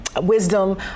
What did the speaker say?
wisdom